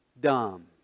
Dumb